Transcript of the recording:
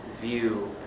view